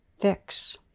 fix